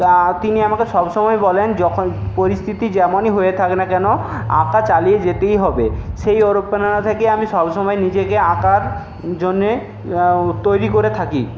তা তিনি আমাকে সবসময় বলেন যখন পরিস্থিতি যেমনই হয়ে থাক না কেন আঁকা চালিয়ে যেতেই হবে সেই অনুপ্রেরণা থেকেই আমি সবসময় নিজেকে আঁকার জন্যে তৈরি করে থাকি